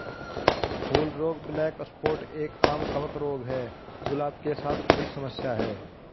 फूल रोग black spot एक, आम कवक रोग है, गुलाब के साथ बड़ी समस्या है